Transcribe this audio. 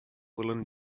woollen